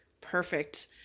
perfect